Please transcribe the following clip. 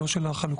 לא של החלוקה.